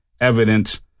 evidence